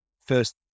first